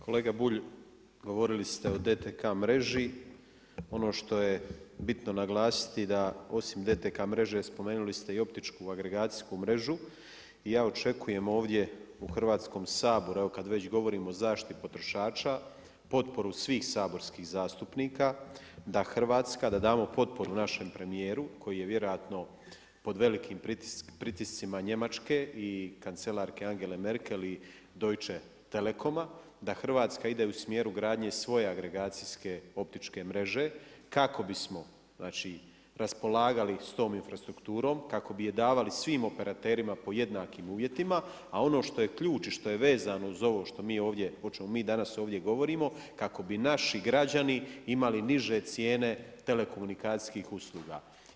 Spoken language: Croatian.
Kolega Bulj, govorili ste o DTK mreži, ono što je bitno naglasiti da osim DTK mreže, spomenuli ste i optičku agregacijsku mrežu i ja očekujem ovdje u Hrvatskom saboru, evo kada već govorimo o zaštiti potrošača, potporu svih saborskih zastupnika da Hrvatska, da damo potporu našem premijeru koji je vjerojatno pod velikim pritiscima Njemačke i kancelarke Angele Merkel i Deutche Telecoma da Hrvatska ide u smjeru gradnje svoje agregacijske optičke mreže kako bismo znači raspolagali s tom infrastrukturom, kako bi je davali svim operaterima po jednakim uvjetima a ono što je ključ i što je vezano uz ovo što mi ovdje, o čemu mi danas ovdje govorimo kako bi naši građani imali niže cijene telekomunikacijskih usluga.